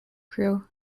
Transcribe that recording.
crew